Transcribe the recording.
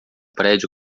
prédio